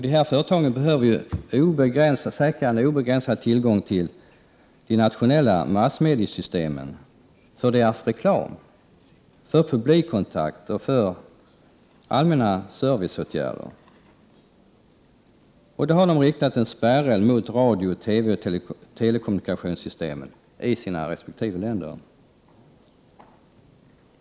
Dessa företag behöver nämligen obegränsad tillgång till nationella massmedia för reklam, publikkontakter och allmänna serviceåtgärder. De har riktat en spärreld mot radiooch TV-kommunikationssystemen i sina resp. länder.